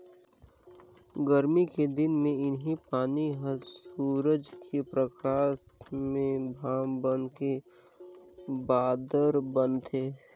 गरमी के दिन मे इहीं पानी हर सूरज के परकास में भाप बनके बादर बनथे